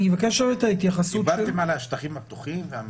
דיברתם על השטחים הפתוחים?